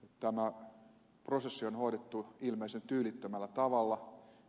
tämä prosessi on hoidettu ilmeisen tyylittömällä tavalla